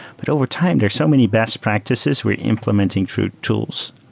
but overtime, there are so many best practices we're implementing through tools.